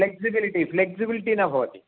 flexibility flexibility न भवति